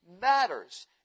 matters